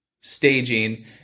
staging